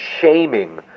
shaming